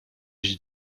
iść